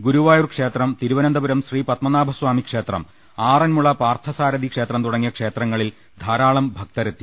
ഗുരുവായൂർക്ഷേത്രം തിരുവനന്തപുരം ശ്രീപത്മനാഭസ്വാമി ക്ഷേത്രം ആറന്മുള പാർഥസാരതി ക്ഷേത്രം തുടങ്ങിയ ക്ഷേത്രങ്ങളിൽ ധാരാളം ഭക്തരെത്തി